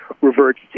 reverts